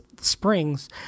Spring's